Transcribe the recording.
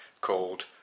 called